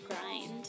Grind